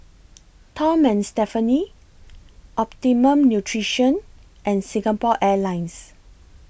Tom and Stephanie Optimum Nutrition and Singapore Airlines